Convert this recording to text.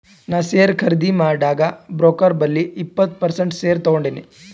ನಾ ಶೇರ್ ಖರ್ದಿ ಮಾಡಾಗ್ ಬ್ರೋಕರ್ ಬಲ್ಲಿ ಇಪ್ಪತ್ ಪರ್ಸೆಂಟ್ ಶೇರ್ ತಗೊಂಡಿನಿ